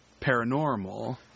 paranormal